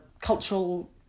cultural